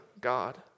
God